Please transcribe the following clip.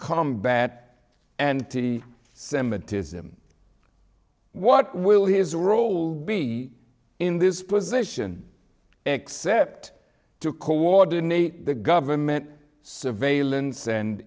combat and semitism what will his role be in this position except to coordinate the government surveillance and